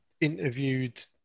interviewed